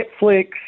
Netflix